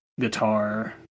guitar